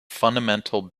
fundamental